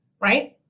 right